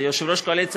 יושב-ראש הקואליציה,